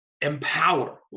empower